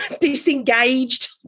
disengaged